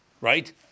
Right